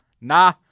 nah